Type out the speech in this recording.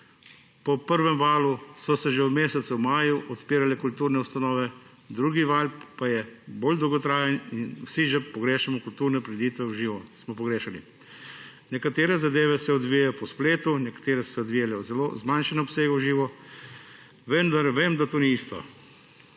Po prvem valu so se že v mesecu maju odpirale kulturne ustanove, drugi val pa je bolj dolgotrajen in vsi že pogrešamo kulturne prireditve v živo. Nekatere zadeve se odvijajo po spletu, nekatere so se odvijale v zelo zmanjšanem obsegu v živo, vendar vem, da to ni isto.